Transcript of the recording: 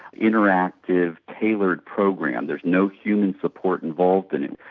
interactive, tailored program, there is no human support involved in it.